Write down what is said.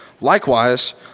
Likewise